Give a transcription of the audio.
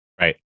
right